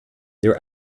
their